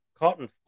Cotton